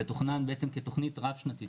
זה תוכנן בעצם כתוכנית רב שנתית,